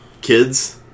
kids